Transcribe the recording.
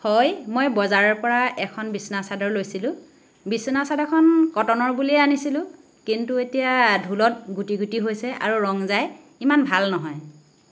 হয় মই বজাৰৰ পৰা এখন বিচনা চাদৰ লৈছিলোঁ বিচনা চাদৰখন কটনৰ বুলিয়ে আনিছিলোঁ কিন্তু এতিয়া ধোলত গুটি গুটি হৈছে আৰু ৰং যায় ইমান ভাল নহয়